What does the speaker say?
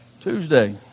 Tuesday